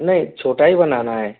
नहीं छोटा ही बनाना है